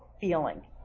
feeling